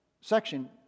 section